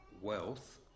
wealth